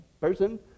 person